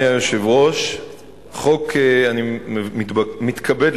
חוק ומשפט.